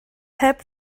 heb